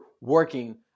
working